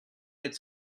its